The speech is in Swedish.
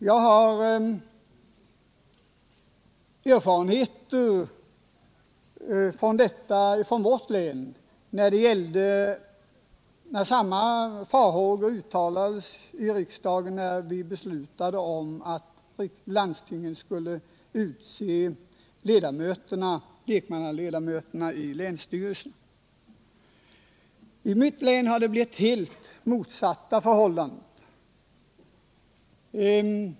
Jag har erfarenheter av detta från mitt län, efter att farhågor uttalades i riksdagen när vi beslutade om att landsting skulle utse lekmannaledamöterna i länsstyrelsen. I mitt län har det blivit helt motsatta förhållanden.